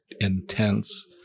intense